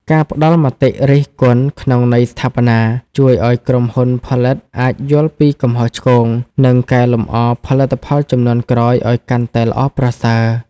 ការផ្តល់មតិរិះគន់ក្នុងន័យស្ថាបនា ជួយឱ្យក្រុមហ៊ុនផលិតអាចយល់ពីកំហុសឆ្គង និងកែលម្អផលិតផលជំនាន់ក្រោយឱ្យកាន់តែល្អប្រសើរ។